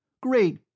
Great